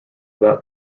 that